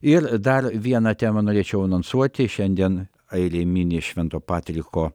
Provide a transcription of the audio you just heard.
ir dar vieną temą norėčiau anonsuoti šiandien airija mini švento patriko